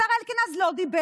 השר אלקין אז לא דיבר,